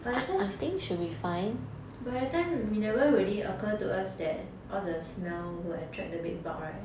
but that time but that time we never really occur to us that all the smell will attract the bed bug [right]